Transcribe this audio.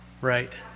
Right